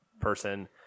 person